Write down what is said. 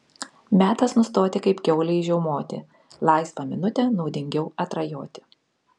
metas nustoti kaip kiaulei žiaumoti laisvą minutę naudingiau atrajoti